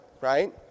right